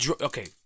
okay